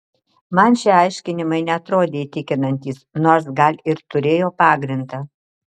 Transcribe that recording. man šie aiškinimai neatrodė įtikinantys nors gal ir turėjo pagrindą